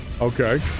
Okay